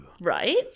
Right